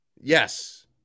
Yes